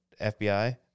FBI